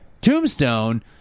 Tombstone